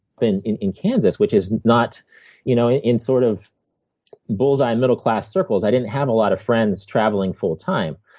in in kansas, which is not you know, in in sort of bulls-eye middle class circles. i didn't have a lot of friends traveling full time.